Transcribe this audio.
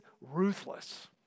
ruthless